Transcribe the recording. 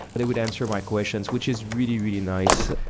they would answer my questions, which is really, really nice.